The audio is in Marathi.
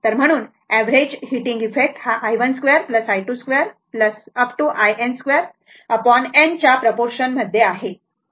तर म्हणून अवरेज हीटिंग इफेक्ट हा i1 2 i22 - in2 n च्या प्रपोर्शन मध्ये आहे बरोबर